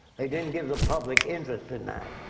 they didn't give the public interest in that.